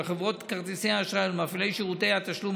לחברות כרטיסי האשראי ולמפעילי שירותי התשלום